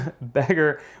beggar